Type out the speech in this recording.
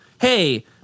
hey